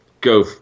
go